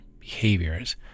behaviors